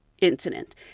incident